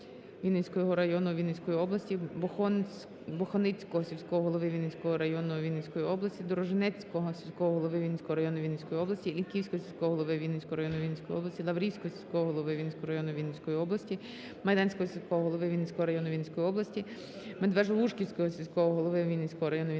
Вінницького району Вінницької області, Бохоницького сільського голови Вінницького району Вінницької області, Дорожненського сільського голови Вінницького району Вінницької області, Ільківського сільського голови Вінницького району Вінницької області, Лаврівського сільського голови Вінницького району Вінницької області, Майданського сільського голови Вінницького району Вінницької області,